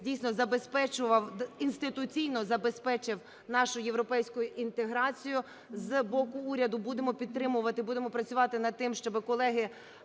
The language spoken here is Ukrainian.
інституційно забезпечив нашу європейську інтеграцію. З боку уряду будемо підтримувати, будемо працювати над тим, щоби колеги